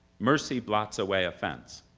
mercy blots away offense,